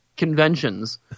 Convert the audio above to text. conventions